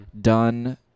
done